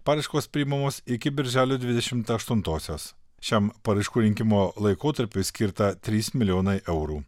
paraiškos priimamos iki birželio dvidešimt aštuntosios šiam paraiškų rinkimo laikotarpiui skirta trys milijonai eurų